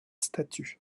statue